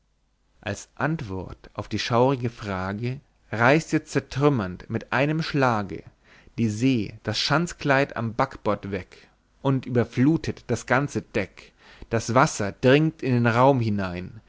als antwort auf die schaurige frage reißt jetzt zertrümmernd mit einem schlage die see das schanzkleid am backbord weg und überfluthet das ganze deck das wasser dringt in den raum hinein